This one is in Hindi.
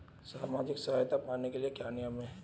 सामाजिक सहायता पाने के लिए क्या नियम हैं?